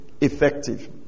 Effective